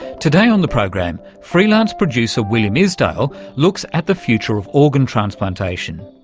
today on the program, freelance producer william isdale looks at the future of organ transplantation.